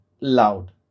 loud